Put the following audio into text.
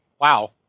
wow